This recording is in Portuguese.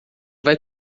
vai